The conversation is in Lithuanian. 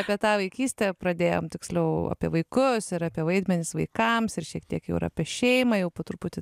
apie tą vaikystę pradėjom tiksliau apie vaikus ir apie vaidmenis vaikams ir šiek tiek jau ir apie šeimą jau po truputį